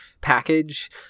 package